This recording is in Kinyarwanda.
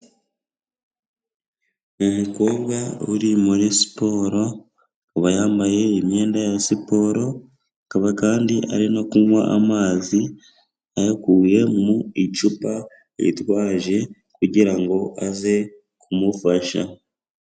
Umukobwa uri muri siporo akaba yambaye imyenda ya siporo, akaba kandi ari no kunywa amazi ayakuye mu icupa yitwaje kugira ngo aze kumufasha.